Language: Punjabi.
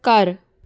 ਘਰ